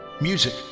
Music